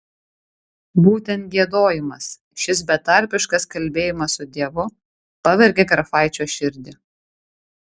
būtent giedojimas šis betarpiškas kalbėjimas su dievu pavergė grafaičio širdį